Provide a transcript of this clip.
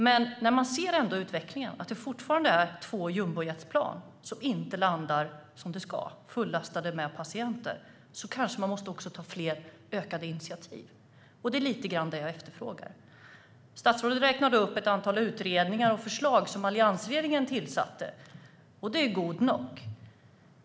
Men när man ser utvecklingen, att det fortfarande är två jumbojetplan fullastade med patienter som inte landar som de ska, kanske man måste ta fler ökade initiativ, och det är lite grann det jag efterfrågar. Statsrådet räknade upp ett antal förslag och ett antal utredningar som alliansregeringen tillsatte, och det är gott nog.